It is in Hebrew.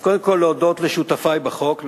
אז קודם כול להודות לשותפי בחוק,